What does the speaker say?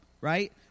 Right